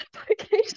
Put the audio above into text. application